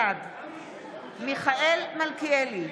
בעד מיכאל מלכיאלי,